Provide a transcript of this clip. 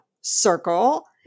circle